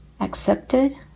accepted